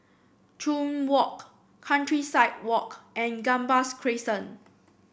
Chuan Walk Countryside Walk and Gambas Crescent